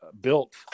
built